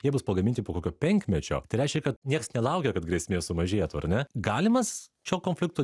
jie bus pagaminti po kokio penkmečio tai reiškia kad nieks nelaukia kad grėsmė sumažėtų ar ne galimas šio konflikto